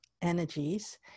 energies